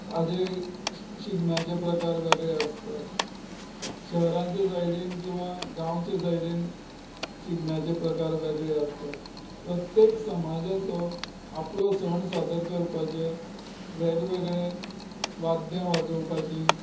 हाचे शिगम्याचे प्रकार वेगळे आसता शहराचे सायडीन किंवा गांवचे सायडीन शिगम्याचे प्रकार वेगळे आसतात प्रत्येक समाजाचो आपलो सण सादर करपाचे वेगवेगळे वाद्यां वाजोवपाची